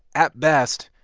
at best,